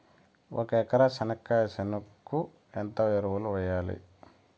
ఒక ఎకరా చెనక్కాయ చేనుకు ఎంత ఎరువులు వెయ్యాలి?